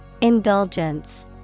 Indulgence